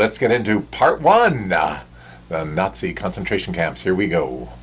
let's get into part one now nazi concentration camps here we